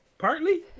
partly